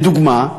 לדוגמה,